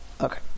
Okay